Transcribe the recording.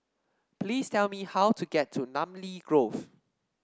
please tell me how to get to Namly Grove